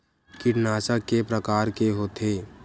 कीटनाशक के प्रकार के होथे?